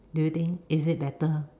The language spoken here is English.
do you think is it better